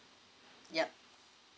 yup